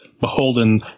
beholden